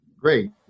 Great